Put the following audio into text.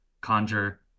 conjure